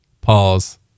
pause